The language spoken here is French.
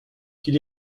qu’il